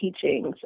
teachings